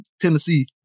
Tennessee